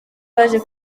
baje